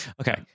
Okay